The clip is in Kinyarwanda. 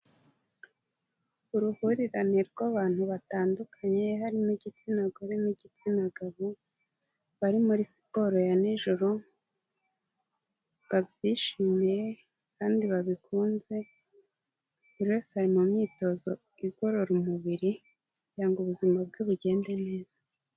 Uruhurirane rw'abantu batandukanye harimo igitsina gore n'igitsina gabo bari muri siporo ya nijoro babyishimiye kandi babikunze uretse mu myitozo igorora umubiri kugira ngo ubuzima bwe bugende neza.